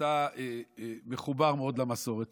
שאתה מחובר מאוד למסורת